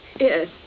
Yes